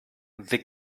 they